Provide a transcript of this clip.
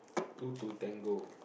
two to tango